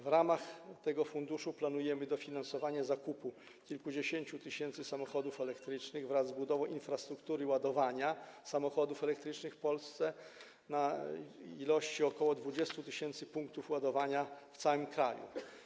W ramach tego funduszu planujemy dofinansowanie zakupu kilkudziesięciu tysięcy samochodów elektrycznych wraz z budową infrastruktury ładowania samochodów elektrycznych w Polsce w liczbie ok. 20 tys. punktów ładowania w całym kraju.